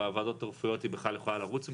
בוועדות הרפואיות היא בכלל יכולה לרוץ מבחינתם.